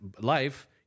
life